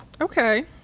Okay